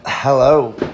Hello